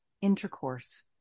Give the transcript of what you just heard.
intercourse